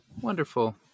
Wonderful